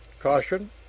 Caution